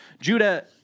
Judah